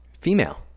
Female